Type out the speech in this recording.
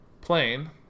plane